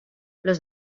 los